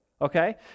Okay